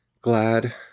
glad